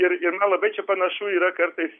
ir ir na labai čia panašu yra kartais